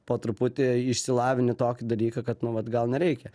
po truputį išsilavini tokį dalyką kad nu vat gal nereikia